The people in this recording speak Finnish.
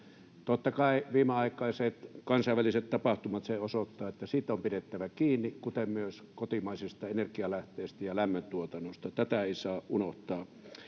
Totta kai viimeaikaiset kansainväliset tapahtumat sen osoittavat, että siitä on pidettävä kiinni, kuten myös kotimaisista energialähteistä ja lämmöntuotannosta. Tätä ei saa unohtaa.